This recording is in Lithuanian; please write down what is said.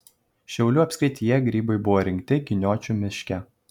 šiaulių apskrityje grybai buvo rinkti giniočių miške